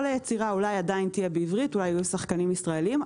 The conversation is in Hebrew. היצירה אולי תהיה עדיין בעברית ואולי יהיו שחקנים ישראלים,